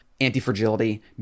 anti-fragility